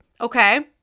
Okay